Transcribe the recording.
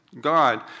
God